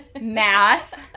Math